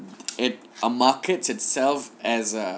it markets itself as a